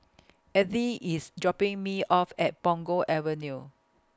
Edythe IS dropping Me off At Punggol Avenue